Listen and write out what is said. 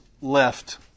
left